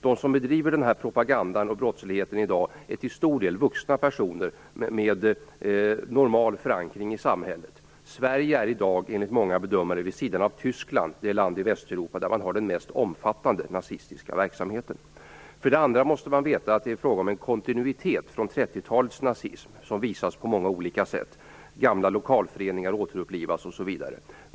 De som bedriver den här propagandan är till stor del vuxna med normal förankring i samhället. Sverige är i dag, enligt många bedömare, vid sidan av Tyskland det land i Västeuropa där man har den mest omfattande nasistiska verksamheten. För det andra måste man veta att det är fråga om en kontinuitet från 1930-talets nazism som visas på många sätt, gamla lokalföreningar återupplivas osv.